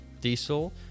diesel